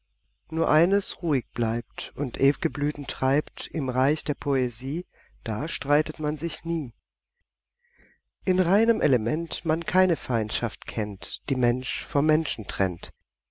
nur eines ruhig bleibt und ew'ge blüten treibt im reich der poesie da streitet man sich nie in reinem element man keine feindschaft kennt die mensch vom menschen trennt